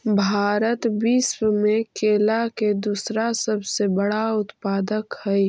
भारत विश्व में केला के दूसरा सबसे बड़ा उत्पादक हई